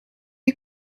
you